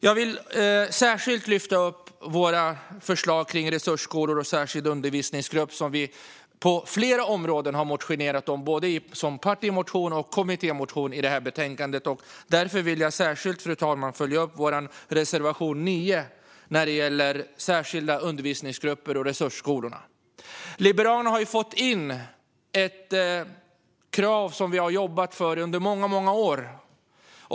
Jag vill särskilt lyfta upp våra förslag om resursskolor och särskild undervisningsgrupp som vi på flera områden har motionerat om både i partimotion och i kommittémotion och som behandlas i betänkandet. Därför vill jag särskilt, fru talman, följa upp och yrka bifall till vår reservation 9 om särskilda undervisningsgrupper och resursskolorna. Liberalerna har fått in ett krav som vi har jobbat för under många år.